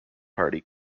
party